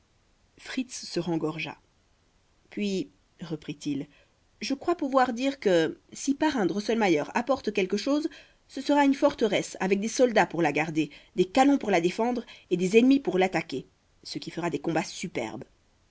fritz se rengorgea puis reprit-il je crois pouvoir dire que si parrain drosselmayer apporte quelque chose ce sera une forteresse avec des soldats pour la garder des canons pour la défendre et des ennemis pour l'attaquer ce qui fera des combats superbes